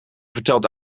verteld